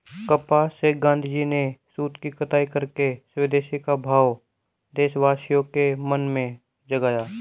कपास से गाँधीजी ने सूत की कताई करके स्वदेशी का भाव देशवासियों के मन में जगाया